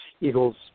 Eagles